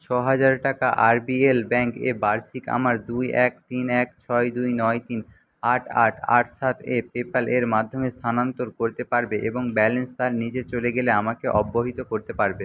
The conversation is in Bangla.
ছহাজার টাকা আরবিএল ব্যাঙ্ক এ বার্ষিক আমার দুই এক তিন এক ছয় দুই নয় তিন আট আট আট সাত এ পেপ্যাল এর মাধ্যমে স্থানান্তর করতে পারবে এবং ব্যালেন্স তার নিজে চলে গেলে আমাকে অবহিত করতে পারবে